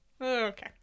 okay